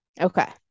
okay